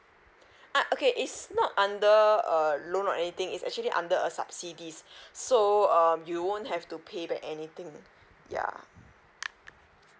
ah okay is not under err loan or anything is actually under a subsidies so um you won't have to pay back anything yeah